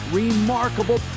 remarkable